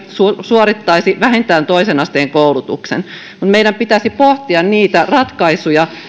suorittaisi vähintään toisen asteen koulutuksen mutta meidän pitäisi pohtia niitä ratkaisuja